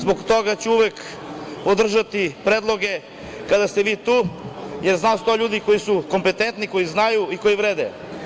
Zbog toga ću uvek podržati predloge kada ste vi tu, jer znam da su to ljudi koji su kompetentni, koji znaju i koji vrede.